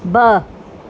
ॿ